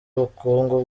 ubukungu